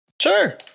Sure